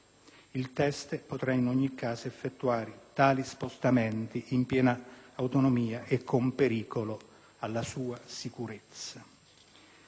Il teste potrà, in ogni caso, effettuare tali spostamenti in piena autonomia». E con pericolo alla sua sicurezza.